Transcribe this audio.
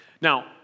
Now